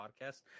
Podcast